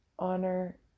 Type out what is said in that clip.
Honor